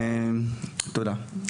תודה.